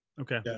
okay